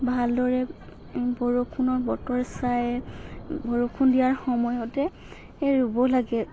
ভালদৰে বৰষুণৰ বতৰ চাই বৰষুণ দিয়াৰ সময়তে ৰুব লাগে